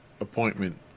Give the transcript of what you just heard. appointment